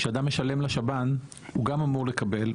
כשאדם משלם לשב"ן הוא גם אמור לקבל.